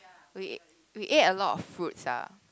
we ate we ate a lot of food sia